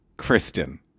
Kristen